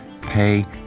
pay